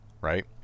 right